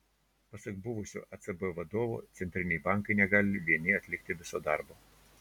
pasak buvusio ecb vadovo centriniai bankai negali vieni atlikti viso darbo